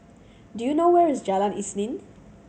do you know where is Jalan Isnin